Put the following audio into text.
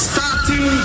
Starting